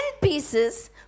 pieces